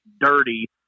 dirty